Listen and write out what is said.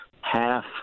half